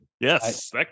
Yes